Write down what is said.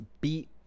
beat